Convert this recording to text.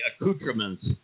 accoutrements